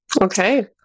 okay